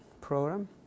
program